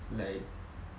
like